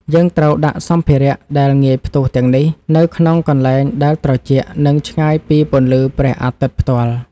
យើងត្រូវដាក់សម្ភារៈដែលងាយផ្ទុះទាំងនេះនៅក្នុងកន្លែងដែលត្រជាក់ និងឆ្ងាយពីពន្លឺព្រះអាទិត្យផ្ទាល់។